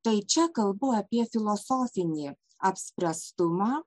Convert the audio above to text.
tai čia kalbu apie filosofinį apspręstumą